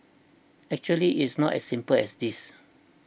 actually it's not as simple as this